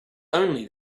only